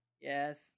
Yes